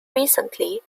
recently